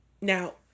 now